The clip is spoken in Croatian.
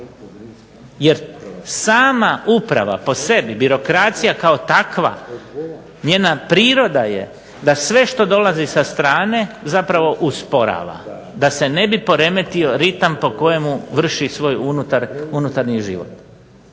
Jer sama uprava po sebi, birokracija kao takva, njena priroda je da sve što dolazi sa strane zapravo usporava da se ne bi poremetio ritam po kojem vrši svoj unutarnji život.